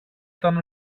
ήταν